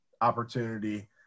opportunity